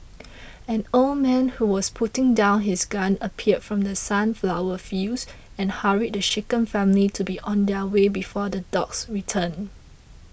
an old man who was putting down his gun appeared from the sunflower fields and hurried the shaken family to be on their way before the dogs return